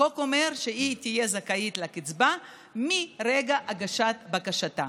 החוק אומר שהיא תהיה זכאית לקצבה מרגע הגשת בקשתה.